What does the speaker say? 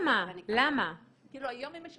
למה שזה יעלה יותר כסף?